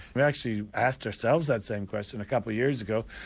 we've actually asked ourselves that same question a couple of years ago.